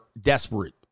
desperate